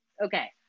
okay